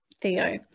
Theo